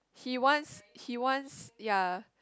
he wants he wants ya